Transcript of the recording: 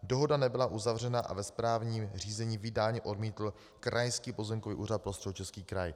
Dohoda nebyla uzavřena a ve správním řízení vydání odmítl Krajský pozemkový úřad pro Středočeský kraj.